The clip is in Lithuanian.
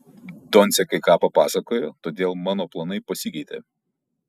doncė kai ką papasakojo todėl mano planai pasikeitė